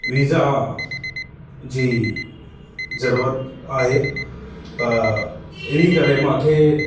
visa जी ज़रूरत आहे त इन करे मूंखे